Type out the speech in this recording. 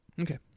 Okay